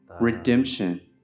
Redemption